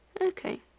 okay